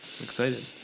excited